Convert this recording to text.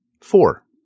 Four